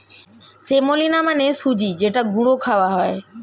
semolina মানে সুজি যেটা গুঁড়ো খাওয়া হয়